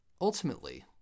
ultimately